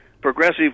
progressive